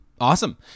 Awesome